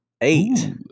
Eight